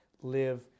live